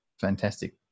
fantastic